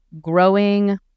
growing